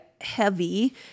heavy